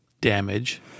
damage